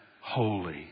Holy